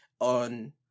on